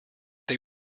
they